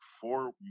four